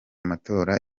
matora